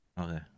Okay